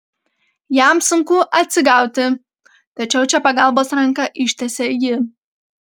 jam sunku atsigauti tačiau čia pagalbos ranką ištiesia ji